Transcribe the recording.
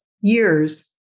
years